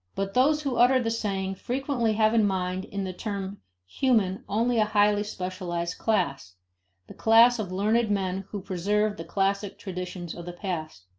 but those who utter the saying frequently have in mind in the term human only a highly specialized class the class of learned men who preserve the classic traditions of the past.